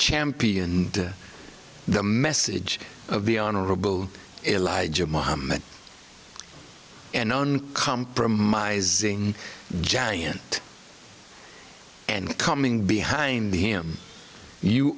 championed the message of the honorable elijah mohammad an uncompromising giant and coming behind him you